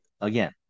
again